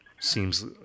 seems